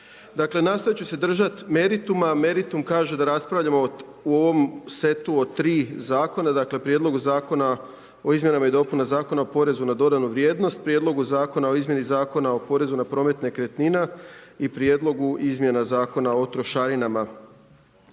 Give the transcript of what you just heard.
Dakle nastojat ću se držati merituma, meritum kaže da raspravljamo u ovom setu o 3 zakona, dakle Prijedlogu zakona o izmjenama i dopunama Zakona o porezu na dodanu vrijednost, Prijedlogu zakona o izmjeni Zakona o promet nekretnina i Prijedlogu izmjena Zakona o trošarinama.